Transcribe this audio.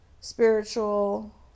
spiritual